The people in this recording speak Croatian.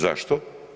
Zašto?